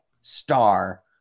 star